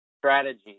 strategy